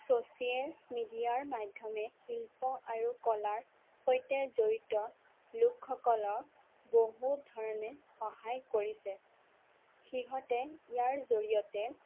social মিডিয়াৰ মাধ্যমে শিল্প আৰু কলাৰ সৈতে জড়িত লোকসকলক বহুত ধৰণে সহায় কৰিছে সিহঁতে ইয়াৰ জৰিয়তে